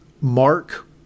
Mark